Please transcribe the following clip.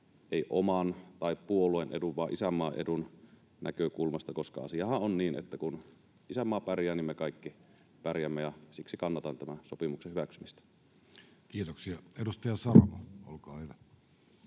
ei oman tai puolueen edun vaan isänmaan edun näkökulmasta, koska asiahan on niin, että kun isänmaa pärjää, me kaikki pärjäämme. Siksi kannatan tämän sopimuksen hyväksymistä. [Speech 20] Speaker: